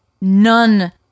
none